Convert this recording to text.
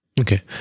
Okay